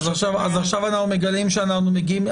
אז עכשיו אנחנו מגלים שאנחנו מגיעים,